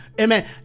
amen